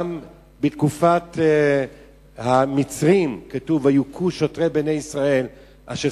גם בתקופת המצרים כתוב "ויכו שוטרי בני ישראל אשר